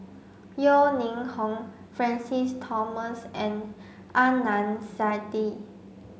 Yeo Ning Hong Francis Thomas and Adnan Saidi